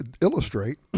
illustrate